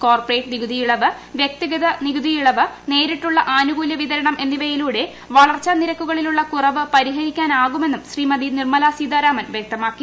corporate നികുതിയിളവ് വ്യക്തിഗത നികുതിയിളവ് നേരിട്ടുളള ആനുകൂല്യ വിതരണം എന്നിവയിലൂടെ വളർച്ചാ നിരക്കിലുളള കുറവ് പരിഹരിക്കാനാകുമെന്നും ശ്രീമതി നിർമ്മല സീതാരാമൻ വൃക്തമാക്കി